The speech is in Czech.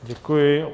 Děkuji.